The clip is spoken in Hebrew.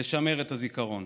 לשמר את הזיכרון.